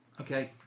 Okay